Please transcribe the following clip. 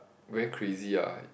very crazy ah